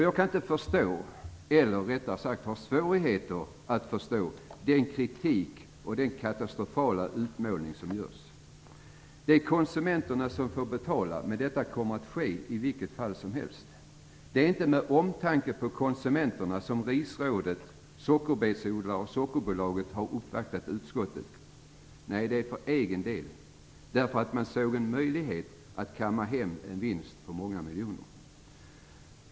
Jag kan inte förstå, eller jag har rättare sagt svårigheter att förstå, den kritik som framförs och den katastrofala utmålning som görs. Det är konsumenterna som får betala, men detta kommer att ske i vilket fall som helst. Det är inte på grund av någon omtanke om konsumenterna som Risrådet, sockerbetsodlare och Sockerbolaget har uppvaktat utskottet. Nej, det har de gjort för egen del. De såg en möjlighet att kamma hem en vinst på många miljoner.